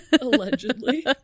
Allegedly